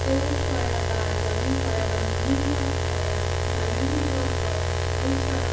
দৌড় করা বা জগিং করা বা মর্নিং ওয়াক করা বা ইভিনিং ওয়াক করা এইসব